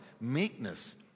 meekness